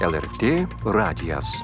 el er tė radijas